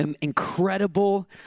Incredible